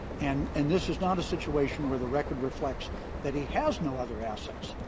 and and this is not a situation where the record reflects that he has no other assets.